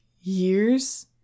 years